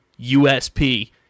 USP